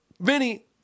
Vinny